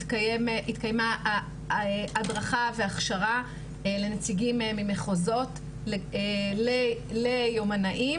התקיימה הדרכה והכשרה לנציגים ממחוזות ליומנאים